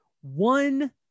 one